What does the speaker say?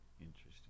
Interesting